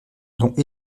dont